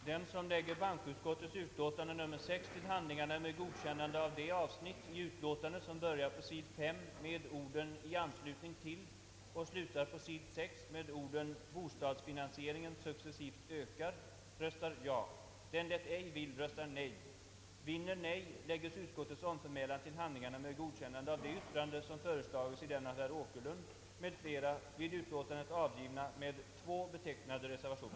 Det avsnitt som börjar med orden »l anslutning till« och slutar med orden »bostadsfinansieringen successivt ökar» Det stycke som börjar med orden »Valutapolitiken fortsatte» och slutar med orden »ägt rum i utlandet» inlevereras till statsverket och 30 miljoner kronor tillföras kursdifferenskontot.